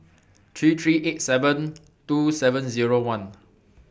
three three eight seven two seven Zero one